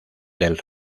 del